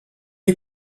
est